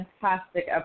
fantastic